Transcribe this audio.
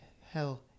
hell